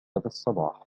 الصباح